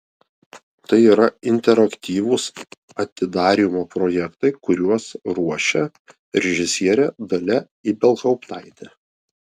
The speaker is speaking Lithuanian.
tai yra interaktyvūs atidarymo projektai kuriuos ruošia režisierė dalia ibelhauptaitė